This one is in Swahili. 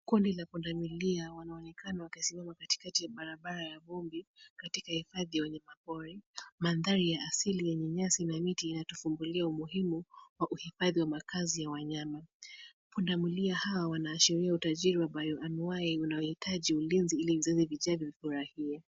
Kundi la pundamilia wanaonekana wakitembea katikati ya barabara ya vumbi katika hifadhiya wanyamapori. Mandhari ya asili yenye nyasi na miti inatuvumbulia umuhimu wa uhifadhi wa makaazi ya wanyama. Pundamilia hawa wanaashiria utajiri wa anuwai uanohitaji ulinzi ili vizazi vijavyo vifurahie.